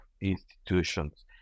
institutions